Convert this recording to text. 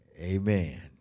amen